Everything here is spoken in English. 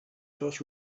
first